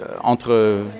entre